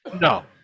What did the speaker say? no